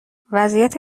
وضعیت